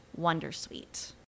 wondersuite